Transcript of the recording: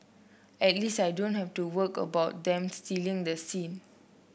at least I don't have to work about them stealing the scene